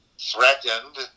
Threatened